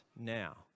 now